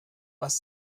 was